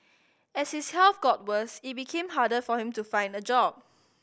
as his health got worse it became harder for him to find a job